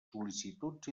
sol·licituds